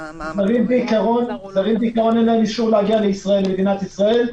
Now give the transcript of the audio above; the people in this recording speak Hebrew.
בעיקרון לזרים אין אישור להגיע למדינת ישראל,